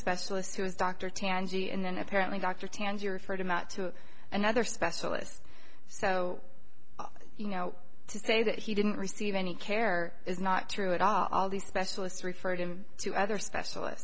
specialist who was dr tanzi and apparently dr tanzi referred him out to another specialist so you know to say that he didn't receive any care is not true at all all these specialists referred him to other special